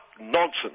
nonsense